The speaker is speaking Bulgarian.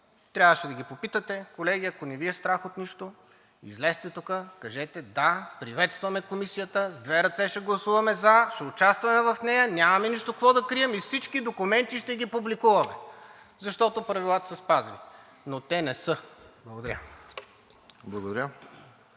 трябваше да ги попитате: „Колеги, ако не Ви е страх от нищо, излезте тук, кажете: да, приветстваме комисията и с две ръце ще гласуваме за, ще участваме в нея, нямаме нищо какво да крием и всички документи ще ги публикуваме, защото правилата са спазени.“ Но те не са. Благодаря.